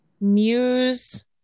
Muse